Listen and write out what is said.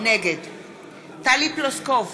נגד טלי פלוסקוב,